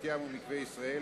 בת-ים ומקווה-ישראל,